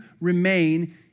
remain